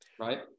Right